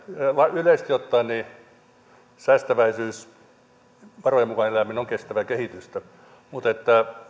yleisesti ottaen säästäväisyys varojen mukaan eläminen on kestävää kehitystä mutta